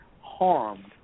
harmed